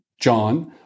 John